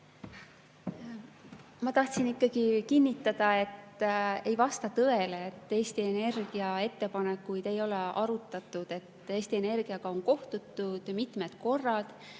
Ma tahtsin ikkagi kinnitada: ei vasta tõele, et Eesti Energia ettepanekuid ei ole arutatud. Eesti Energiaga on kohtutud mitmed korrad,